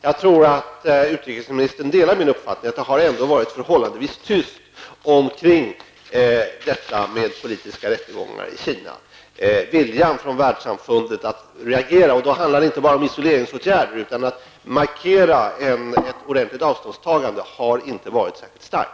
Jag tror att utrikesministern delar min uppfattning att det ändå har varit förhållandevis tyst omkring frågan om politiska rättegångar i Kina. Viljan från världssamfundet att reagera -- då handlar det inte bara om isoleringsåtgärder, utan om att markera ett ordentlig avståndstagande -- har inte varit särskilt stark.